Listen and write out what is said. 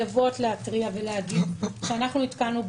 שוב,